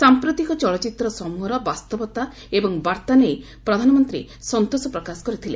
ସାଂପ୍ରତିକ ଚଳଚ୍ଚିତ୍ର ସମ୍ଭହର ବାସ୍ତବତା ଏବଂ ବାର୍ତ୍ତା ନେଇ ପ୍ରଧାନମନ୍ତ୍ରୀ ସନ୍ତୋଷ ପ୍ରକାଶ କରିଥିଲେ